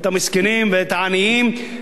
את המסכנים ואת העניים.